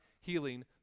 healing